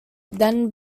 then